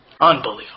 Unbelievable